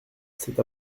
c’est